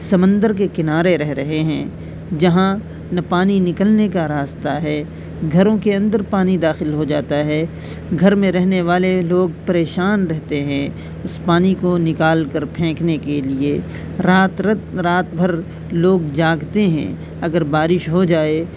سمندر کے کنارے رہ رہے ہیں جہاں نہ پانی نکلنے کا راستہ ہے گھروں کے اندر پانی داخل ہو جاتا ہے گھر میں رہنے والے لوگ پریشان رہتے ہیں اس پانی کو نکال کر پھینکنے کے لیے رات رت رات بھر لوگ جاگتے ہیں اگر بارش ہو جائے تو